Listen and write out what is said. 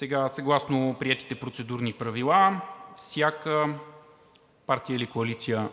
приема. Съгласно приетите процедурни правила всяка партия или коалиция,